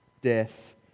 death